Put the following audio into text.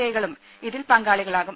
ഐകളും ഇതിൽ പങ്കാളികളാകും